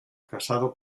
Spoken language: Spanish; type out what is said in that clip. casado